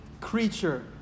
creature